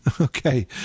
okay